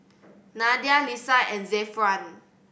Nadia Lisa and Zafran